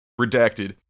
Redacted